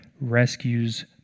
rescues